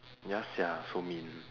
ya sia so mean